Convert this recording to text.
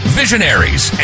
visionaries